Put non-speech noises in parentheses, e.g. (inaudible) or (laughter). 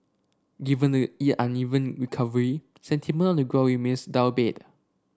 given the (unintelligible) uneven recovery sentiment on the growing miss downbeat